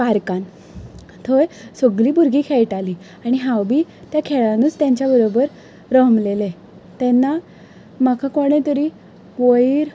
पार्कान थंय सगळीं भुरगीं खेळटाली आनी हांव बी त्या खेळानच तांच्या बरोबर रमलेलें तेन्ना म्हाका कोणे तरी वयर